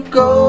go